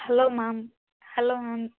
hello ma'am hello ma'am